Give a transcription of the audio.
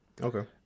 Okay